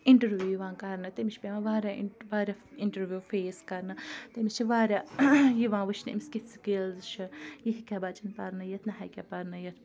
interview یِوان کرنہٕ تٔمِس چھِ پیٚوان واریاہ واریاہ اِنٹَروِو فیس کَرنہٕ تٔمِس چھِ واریاہ یِوان وٕچھنہِ أمِس کِتھ سِکِلز چھِ یہِ ہیٚکیٛاہ بَچَن پَرنٲیِتھ نہ ہیٚکیٛاہ پرنٲیِتھ